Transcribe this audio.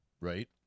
Right